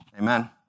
Amen